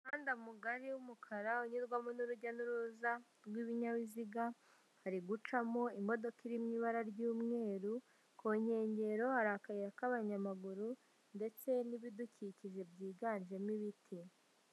Umuhanda mugari w'umukara unyurwamo n'urujya n'uruza rw'ibinyabiziga, hari gucamo imodoka iririmo ibara ry'umweru, ku nkengero hari akayira k'abanyamaguru ndetse n'ibidukikije byiganjemo ibiti.